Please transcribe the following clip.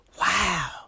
wow